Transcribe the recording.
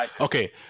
Okay